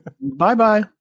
Bye-bye